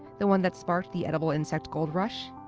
the one that sparked the edible insect gold rush?